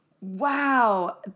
Wow